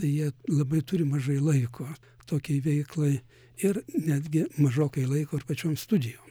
tai jie labai turi mažai laiko tokiai veiklai ir netgi mažokai laiko ir pačioms studijom